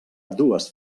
dues